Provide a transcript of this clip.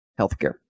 healthcare